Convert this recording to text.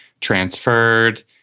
transferred